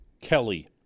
Kelly